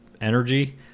energy